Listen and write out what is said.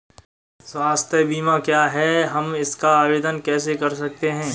स्वास्थ्य बीमा क्या है हम इसका आवेदन कैसे कर सकते हैं?